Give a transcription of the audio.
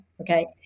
okay